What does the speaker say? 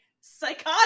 psychotic